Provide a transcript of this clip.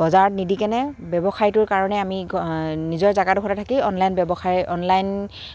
বজাৰত নিদি কেনে ব্যৱসায়টোৰ কাৰণে আমি নিজৰ জাগাডোখৰতে থাকি অনলাইন ব্যৱসায় অনলাইন